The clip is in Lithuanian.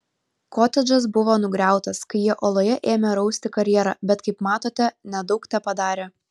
kotedžas buvo nugriautas kai jie uoloje ėmė rausti karjerą bet kaip matote nedaug tepadarė